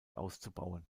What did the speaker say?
auszubauen